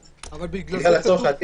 זה מתעדכן באופן יומי כמעט.